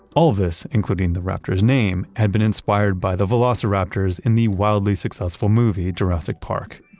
all of this including the raptor's name had been inspired by the velociraptors in the wildly successful movie, jurassic park.